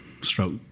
stroke